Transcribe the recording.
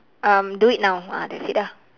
um do it now ah that's it ah